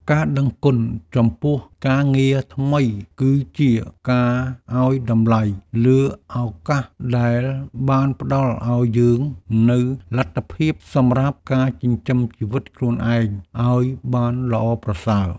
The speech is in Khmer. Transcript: ការដឹងគុណចំពោះការងារថ្មីគឺជាការឱ្យតម្លៃលើឱកាសដែលបានផ្ដល់ឱ្យយើងនូវលទ្ធភាពសម្រាប់ការចិញ្ចឹមជីវិតខ្លួនឯងឱ្យបានល្អប្រសើរ។